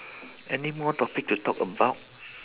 anymore topic to talk about